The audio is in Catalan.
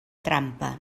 trampa